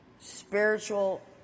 spiritual